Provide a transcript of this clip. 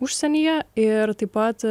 užsienyje ir taip pat